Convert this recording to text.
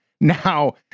now